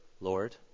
Lord